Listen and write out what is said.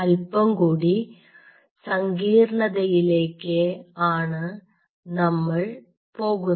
അല്പം കൂടി സങ്കീർണതയിലേക്ക് ആണ് നമ്മൾ പോകുന്നത്